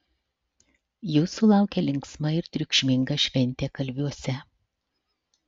jūsų laukia linksma ir triukšminga šventė kalviuose